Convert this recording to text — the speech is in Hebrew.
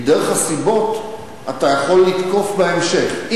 כי דרך הסיבות אתה יכול לתקוף בהמשך.